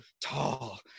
tall